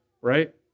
right